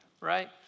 Right